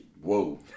Whoa